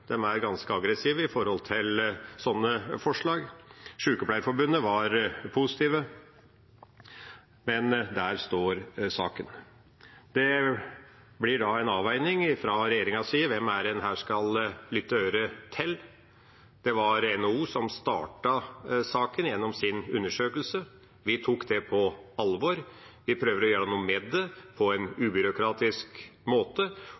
er ganske aggressive overfor slike forslag. Sykepleierforbundet var positive. Der står saken. Det blir en avveining fra regjeringas side hvem en her skal lytte til. Det var NHO som startet saken gjennom sin undersøkelse. Vi tok det på alvor. Vi prøver å gjøre noe med det på en ubyråkratisk måte,